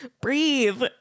breathe